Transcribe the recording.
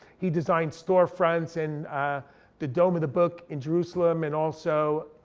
he designed storefronts and the dome of the book in jerusalem and also